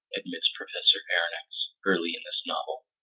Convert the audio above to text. admits professor aronnax early in this novel.